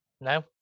No